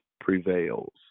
prevails